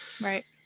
Right